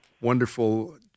Wonderful